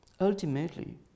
Ultimately